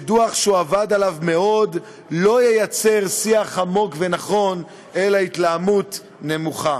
שדוח שהוא עבד עליו רבות לא ייצר שיח עמוק ונכון אלא התלהמות נמוכה.